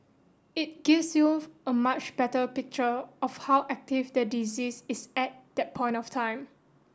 it gives you a much better picture of how active the disease is at that point of time